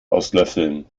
auslöffeln